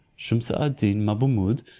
shumse ad deen mabummud,